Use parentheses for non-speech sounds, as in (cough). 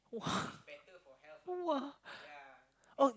!wah! (breath) !wah! oh